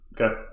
Okay